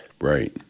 Right